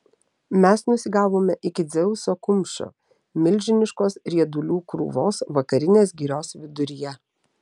mes nusigavome iki dzeuso kumščio milžiniškos riedulių krūvos vakarinės girios viduryje